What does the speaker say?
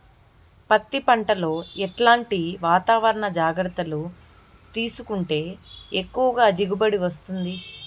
పత్తి పంట లో ఎట్లాంటి వాతావరణ జాగ్రత్తలు తీసుకుంటే ఎక్కువగా దిగుబడి వస్తుంది?